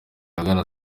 ahagana